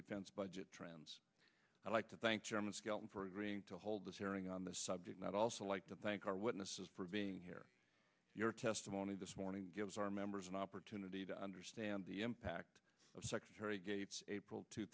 depends budget trends i'd like to thank chairman skelton for agreeing to hold this hearing on the subject not also like to thank our witnesses for being here your testimony this morning gives our members an opportunity to understand the impact of secretary gates april two